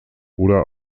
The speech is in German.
oder